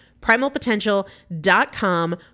Primalpotential.com